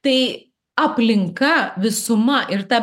tai aplinka visuma ir ta